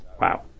Wow